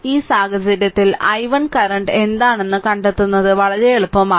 ഈ സാഹചര്യത്തിൽ i1 current എന്താണെന്ന് കണ്ടെത്തുന്നത് വളരെ എളുപ്പമാണ്